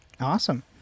Awesome